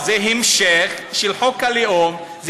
אז זה המשך של חוק הלאום,